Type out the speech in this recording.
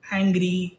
angry